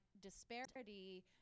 disparity